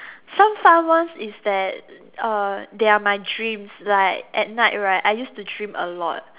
some fun ones is that uh they are my dreams like at night right I use to dream a lot